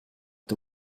the